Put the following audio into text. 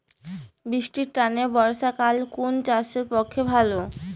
বৃষ্টির তানে বর্ষাকাল কুন চাষের পক্ষে ভালো?